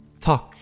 Talk